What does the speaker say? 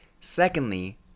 Secondly